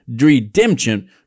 redemption